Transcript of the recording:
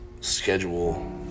schedule